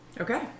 Okay